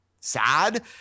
sad